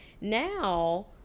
Now